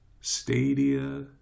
Stadia